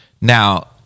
now